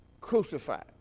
crucified